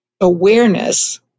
awareness